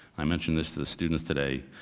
i mentioned this to the students today,